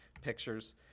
pictures